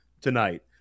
tonight